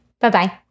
Bye-bye